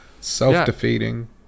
self-defeating